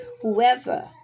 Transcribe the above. Whoever